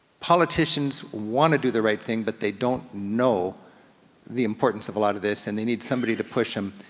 politicians wanna do the right thing but they don't know the importance of a lot of this, and they need somebody to push em.